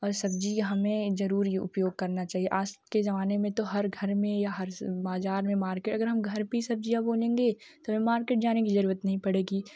और सब्ज़ी हमें ज़रूरी उपयोग करना चाहिए आज के ज़माने में तो हर घर में या हर बाज़ार में मार्केट अगर हम घर की सब्ज़ी बोलेंगे तो हमे मार्केट जाने की ज़रूरत नहीं पड़ेगी